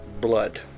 blood